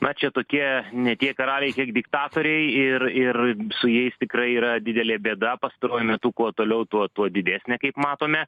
na čia tokie ne tiek karaliai tiek diktatoriai ir ir su jais tikrai yra didelė bėda pastaruoju metu kuo toliau tuo tuo didesnė kaip matome